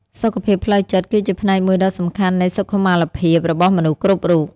សុខភាពផ្លូវចិត្តគឺជាផ្នែកមួយដ៏សំខាន់នៃសុខុមាលភាពរបស់មនុស្សគ្រប់រូប។